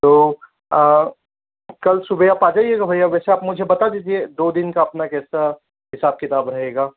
तो कल सुबह आप आ जाइएगा भैया वैसे आप मुझे बता दीजिए दो दिन का अपना हिसाब किताब रहेगा